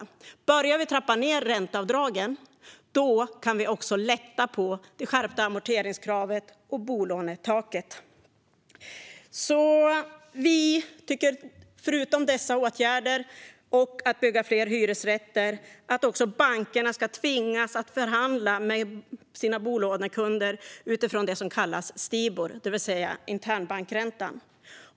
Om vi börjar trappa ned ränteavdragen kan vi lätta på det skärpta amorteringskravet och bolånetaket. Förutom dessa åtgärder och att bygga fler hyresrätter tycker vi att bankerna ska tvingas förhandla med sina bolånekunder utifrån det som kallas Stibor, det vill säga internbankräntan.